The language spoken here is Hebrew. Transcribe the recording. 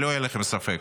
שלא יהיה לכם ספק.